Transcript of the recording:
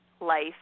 life